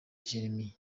jeremie